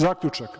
Zaključak.